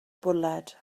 bwled